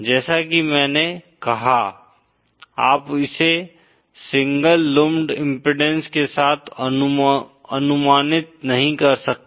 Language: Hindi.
जैसा कि मैंने कहा आप इसे सिंगल लुम्प्ड इम्पीडेन्स के साथ अनुमानित नहीं कर सकते